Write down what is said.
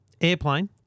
Airplane